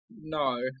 no